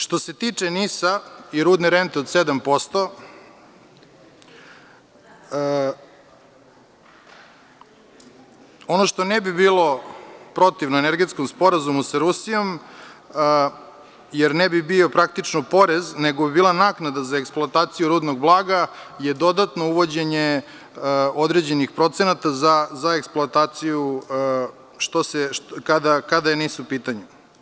Što se tiče NIS i rudne rente od 7%, ono što ne bi bilo protivno energetskom sporazumu sa Rusijom, jer ne bi bio praktično porez, nego bi bila naknada za eksploataciju rudnog blaga, je dodatno uvođenje određenih procenata za eksploataciju kada je NIS u pitanju.